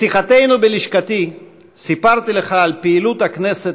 בשיחתנו בלשכתי סיפרתי לך על פעילות הכנסת